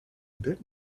bit